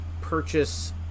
purchase